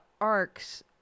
arcs